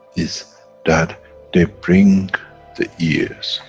is that they bring the ears,